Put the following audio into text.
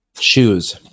Shoes